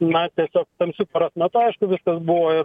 na tiesiog tamsiu paros metu aišku viskas buvo ir